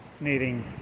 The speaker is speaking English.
needing